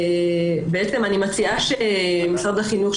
בעצם אני מציעה שמשרד החינוך,